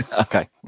Okay